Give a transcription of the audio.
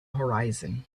horizon